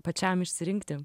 pačiam išsirinkti